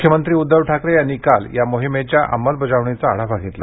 मुख्यमंत्री उद्धव ठाकरे यांनी काल या मोहिमेच्या अंमलबजावणीचा आढावा घेतला